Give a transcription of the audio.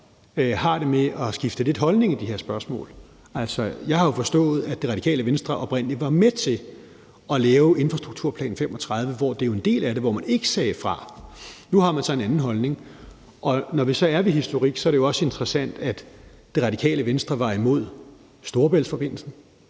har det med at skifte holdning i de her spørgsmål. Altså, jeg har jo forstået det sådan, at Radikale Venstre oprindelig var med til at lave aftalen om infrastrukturplan 2035, som det jo er en del af, og her sagde man ikke fra. Nu har man så en anden holdning. Når vi så er ved historik, er det jo også interessant, at Radikale Venstre var imod Storebæltsforbindelsen,